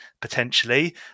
potentially